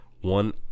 one